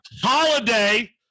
holiday